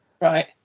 right